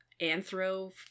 Anthro